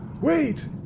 wait